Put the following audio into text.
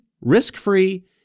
risk-free